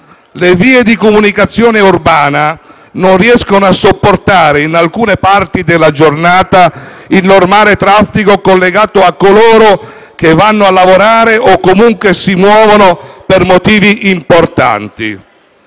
le vie di comunicazione urbana non riescono a sopportare, in alcuni momenti della giornata, il normale traffico collegato a coloro che vanno a lavorare o comunque si muovono per motivi importanti.